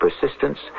persistence